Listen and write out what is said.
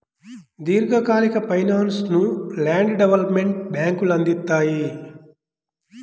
దీర్ఘకాలిక ఫైనాన్స్ను land development బ్యేంకులు అందిత్తాయి